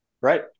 Right